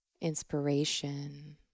inspiration